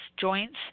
joints